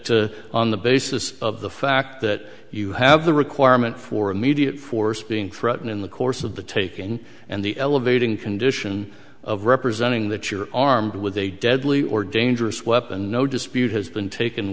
that on the basis of the fact that you have the requirement for immediate force being threatened in the course of the taking and the elevating condition of representing that you are armed with a deadly or dangerous weapon no dispute has been taken